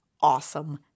awesome